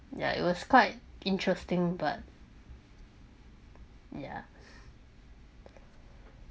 ya it was quite interesting but yeah